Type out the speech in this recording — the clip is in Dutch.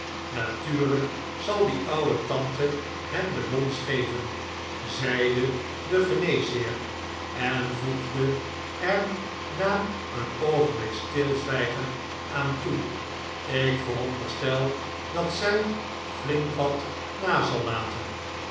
natuurlijk zal die ouwe tante hem de bons geven zeide de geneesheer en voegde er na een oogenblik stilzwijgen aan toe ik veronderstel dat zij flink wat na zal laten